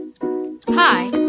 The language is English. Hi